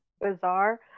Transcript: bizarre